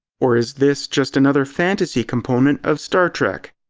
or is this just another fantasy component of star trek,